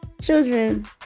children